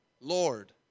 Lord